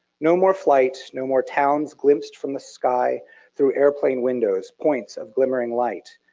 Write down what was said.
no more flight. no more towns glimpsed from the sky through airplane windows, points of glimmering light.